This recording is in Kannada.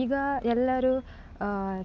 ಈಗ ಎಲ್ಲರು